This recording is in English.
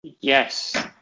Yes